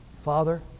Father